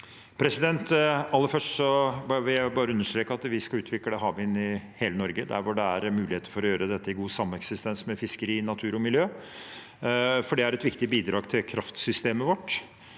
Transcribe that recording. Aller først vil jeg bare understreke at vi skal utvikle havvind i hele Norge, der det er muligheter for å gjøre dette i god sameksistens med fiskeri, natur og miljø. For det er et viktig bidrag til kraftsystemet vårt.